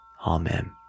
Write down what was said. Amen